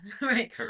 right